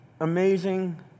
amazing